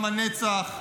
עם הנצח,